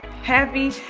happy